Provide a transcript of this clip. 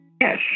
yes